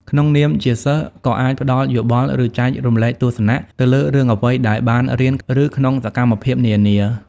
ក្នុងនាមជាសិស្សក៏អាចផ្ដល់យោបល់ ឬចែករំលែកទស្សនៈ ទៅលើរឿងអ្វីដែលបានរៀន ឬក្នុងសកម្មភាពនានា។